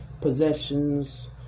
possessions